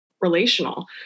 relational